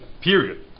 period